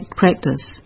practice